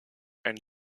and